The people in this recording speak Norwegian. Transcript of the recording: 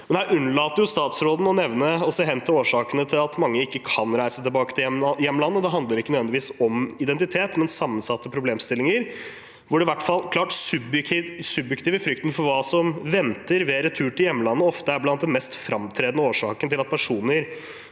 Her unnlater statsråden å nevne og se hen til årsakene til at mange ikke kan reise tilbake til hjemlandet. Det handler ikke nødvendigvis om identitet, men om sammensatte problemstillinger, hvor den klart subjektive frykten for hva som venter ved retur til hjemlandet, ofte er blant den mest framtredende årsaken til at personer